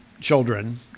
children